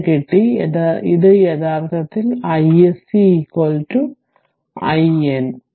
അങ്ങനെ കിട്ടി ഇതാണ് യഥാർത്ഥത്തിൽ iSC IN